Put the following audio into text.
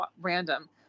Random